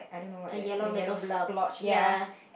a yellow little bulb ya